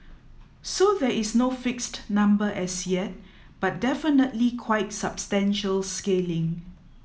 so there is no fixed number as yet but definitely quite substantial scaling